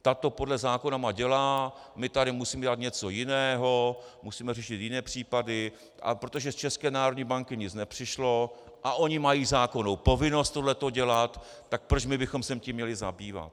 Ta to podle zákona má dělat, my tady musíme dělat něco jiného, musíme řešit jiné případy, a protože z České národní banky nic nepřišlo a oni mají zákonnou povinnost tohle dělat, tak proč my bychom se tím měli zabývat?